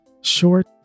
Short